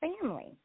family